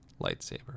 lightsaber